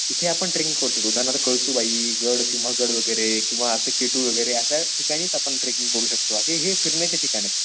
तिथे आपण ट्रेकिंग करू शकतो उदाहरणार्थ कळसूबाई गड किंवा गड वगैरे किंवा असं के टू वगैरे अशा ठिकाणीच आपण ट्रेकिंग करू शकतो असे हे फिरण्याचे ठिकाणे